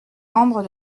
membre